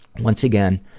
once again,